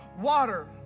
water